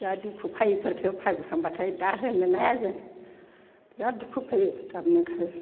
जा दुखु फायो इफोरखो भाबिखांब्लाथाय दा होननोनो हाया जों बिराद दुखु फायो गाबनो ओंखारो